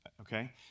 okay